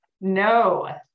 No